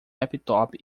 laptop